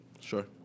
Sure